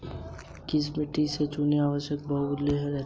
किस मिट्टी में चूने के अंशों का बाहुल्य रहता है?